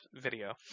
video